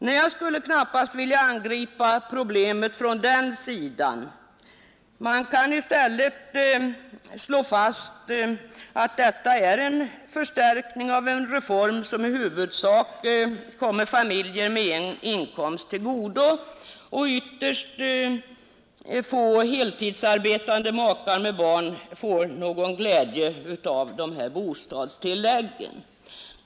Nej, jag skulle knappast vilja angripa problemen från den sidan. Man kan i stället slå fast att detta är en förstärkning av en reform som i huvudsak kommer familjer med en inkomst till godo. Ytterst få heltidsarbetande makar med barn får någon glädje av de nya bostadstilläggen.